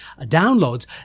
downloads